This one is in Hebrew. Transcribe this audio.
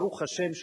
ברוך השם,